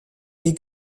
des